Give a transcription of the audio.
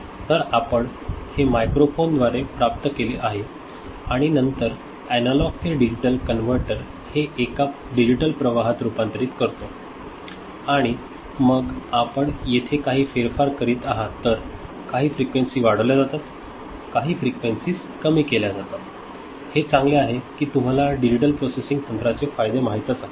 तर आपण हे मायक्रोफोनद्वारे प्राप्त केले आहे आणि नंतर एनालॉग ते डिजिटल कनव्हर्टर हे एका डिजिटल प्रवाहात रूपांतरित करतो आणि मग आपण येथे काही फेरफार करीत आहात तर काही फ्रिक्वेन्सी वाढविल्या जातात काही फ्रिक्वेन्सीज कमी केल्या जातात हे चांगले आहे की तुम्हाला डिजिटल प्रोसेसिंग तंत्राचे फायदे माहीतच आहेत